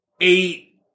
eight